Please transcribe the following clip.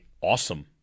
awesome